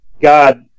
God